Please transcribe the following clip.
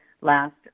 last